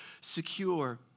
secure